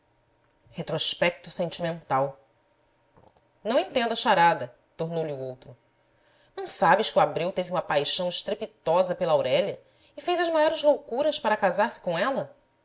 retrospecto sentimental não entendo a charada tornou lhe o outro não sabes que o abreu teve uma paixão estrepitosa pela aurélia e fez as maiores loucuras para casar-se com ela